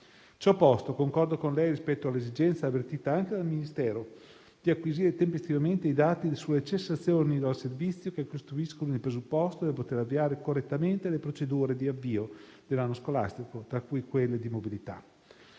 Ciò posto, concordo con lei rispetto all'esigenza avvertita anche dal Ministero di acquisire tempestivamente i dati sulle cessazioni dal servizio che costituiscono il presupposto per poter avviare correttamente le procedure di avvio dell'anno scolastico tra cui quelle di mobilità.